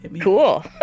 Cool